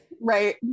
right